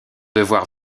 devoir